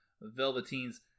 Velveteen's